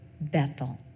Bethel